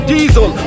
Diesel